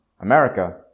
America